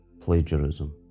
plagiarism